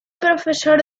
profesor